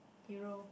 hero